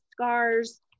scars